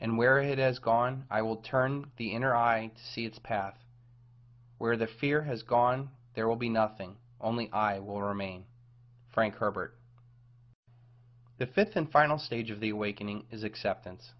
and where it is gone i will turn the inner i see its path where the fear has gone there will be nothing only i will remain frank herbert the fifth and final stage of the awakening is acceptance